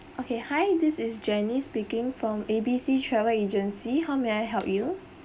okay hi this is jenny speaking from A B C travel agency how may I help you